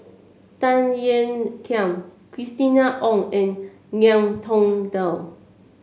Tan Ean Kiam Christina Ong and Ngiam Tong Dow